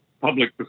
public